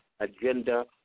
Agenda